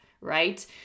right